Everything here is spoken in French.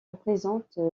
représente